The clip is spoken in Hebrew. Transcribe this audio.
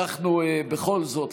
אנחנו בכל זאת,